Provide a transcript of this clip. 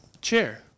chair